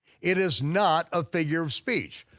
it is not a figure of speech,